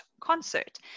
concert